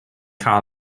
car